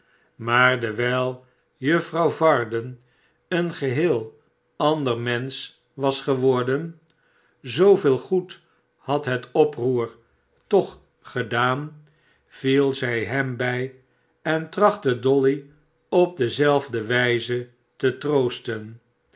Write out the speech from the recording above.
maar dewijl juffrouw varden een geheel ander mensch was geworden zooveel goed had het oproer toch gedaan viel zij hem bij en trachtte dolly op dezelfde wijze te troosten